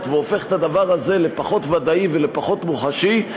והופך את הדבר הזה לפחות ודאי ולפחות מוחשי,